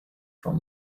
from